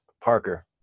Parker